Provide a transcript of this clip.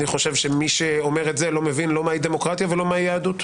אני חושב שמי שאומר את זה לא מבין לא מהי דמוקרטיה ולא מהי יהדות.